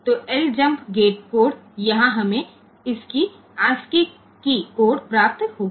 तो ljmp gate code यहाँ हमें इसकी ASCII कीय कोड प्राप्त होगी